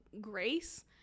grace